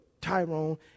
Tyrone